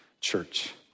church